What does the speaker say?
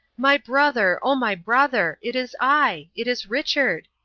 my brother, o my brother! it is i! it is richard!